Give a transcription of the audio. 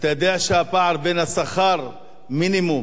אתה יודע שהפער בין שכר המינימום